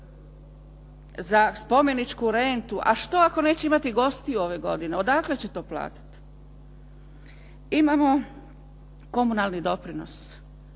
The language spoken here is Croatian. za spomeničku rentu. A što ako neće imati gostiju ove godine, odakle će to platiti? Imamo komunalni doprinos,